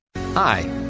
Hi